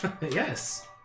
Yes